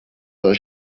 del